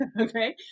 Okay